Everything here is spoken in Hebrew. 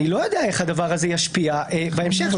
אני לא יודע איך הדבר הזה ישפיע בהמשך.